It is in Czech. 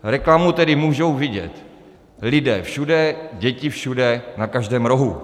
Reklamu tedy můžou vidět lidé všude, děti všude, na každém rohu.